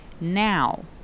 Now